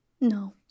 No